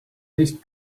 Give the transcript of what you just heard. least